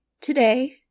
today